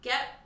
Get